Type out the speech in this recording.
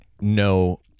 no